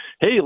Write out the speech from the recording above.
hey